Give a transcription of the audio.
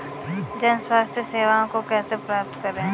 जन स्वास्थ्य सेवाओं को कैसे प्राप्त करें?